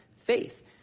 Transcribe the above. faith